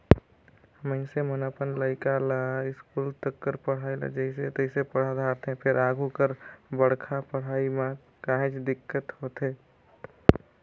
मइनसे मन अपन लइका ल इस्कूल तक कर पढ़ई ल जइसे तइसे पड़हा डारथे फेर आघु कर बड़का पड़हई म काहेच दिक्कत होथे